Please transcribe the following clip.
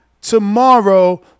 tomorrow